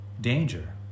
danger